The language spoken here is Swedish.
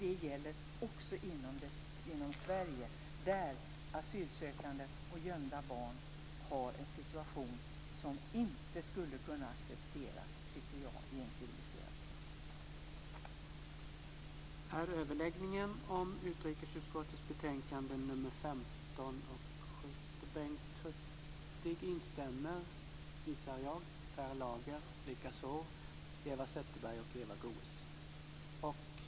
Det gäller också inom Sverige, där asylsökande och gömda barn är i en situation som jag inte tycker skulle accepteras i en civiliserad stat.